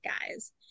guys